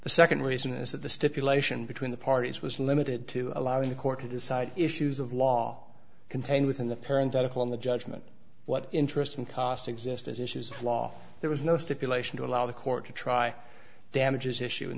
the second reason is that the stipulation between the parties was limited to allowing the court to decide issues of law contained within the parent article in the judgment what interest and cost exist as issues of law there was no stipulation to allow the court to try damages issue in